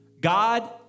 God